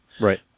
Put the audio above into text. right